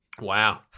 Wow